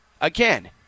again